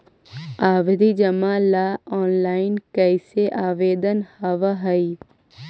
आवधि जमा ला ऑनलाइन कैसे आवेदन हावअ हई